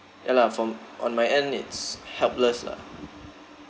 ya lah from on my end it's helpless lah